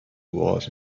was